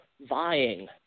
vying